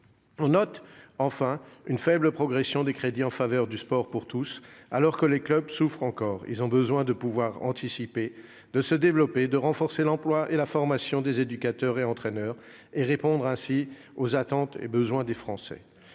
On note enfin une faible progression des crédits en faveur du sport pour tous, alors que les clubs souffrent encore. Ils ont besoin de pouvoir anticiper, de se développer, de renforcer l'emploi et la formation des éducateurs et des entraîneurs pour répondre aux attentes et aux besoins des Français.